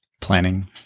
Planning